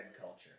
culture